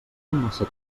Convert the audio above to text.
massa